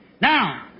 Now